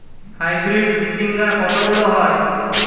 Hybrid চিচিংঙ্গা কত বড় হয়?